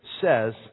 says